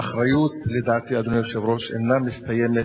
האחריות, לדעתי, אדוני היושב-ראש, אינה מסתיימת